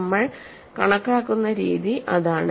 നമ്മൾ കണക്കാക്കുന്ന രീതി അതാണ്